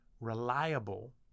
reliable